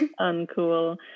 uncool